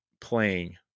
playing